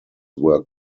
were